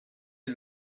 est